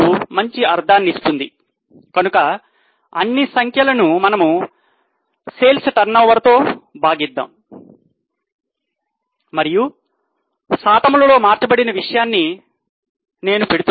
మరియు శాతంలో మార్చబడిన విషయాన్ని పెడుతున్నాను